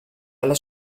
alla